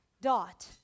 dot